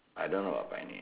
I don't know about pioneer